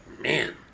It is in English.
Man